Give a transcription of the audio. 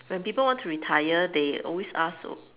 when people want to retire they always ask